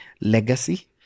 legacy